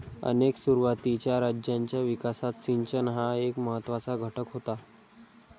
अनेक सुरुवातीच्या राज्यांच्या विकासात सिंचन हा एक महत्त्वाचा घटक होता